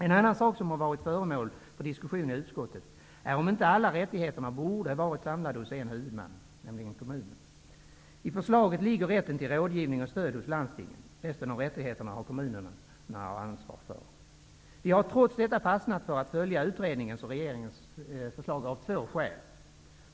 En annan sak som varit föremål för diskussion i utskottet är om inte alla rättigheterna borde vara samlade hos en huvudman, nämligen kommunen. I förslaget ligger rätten till rådgivning och stöd hos landstingen. Resten av rättigheterna har kommunerna ansvaret för. Vi har trots detta fastnat för att följa utredningens och regeringens förslag av två skäl.